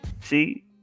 see